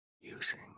using